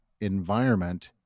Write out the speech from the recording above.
environment